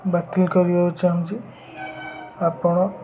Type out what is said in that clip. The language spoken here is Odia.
ବାତିଲ କରିବାକୁ ଚାହୁଁଛି ଆପଣ